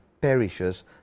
perishes